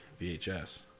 VHS